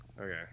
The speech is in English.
Okay